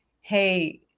hey